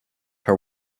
her